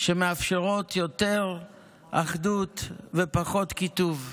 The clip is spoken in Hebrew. שמאפשרות יותר אחדות ופחות קיטוב?